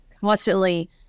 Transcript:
constantly